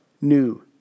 new